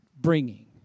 bringing